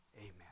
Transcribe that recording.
amen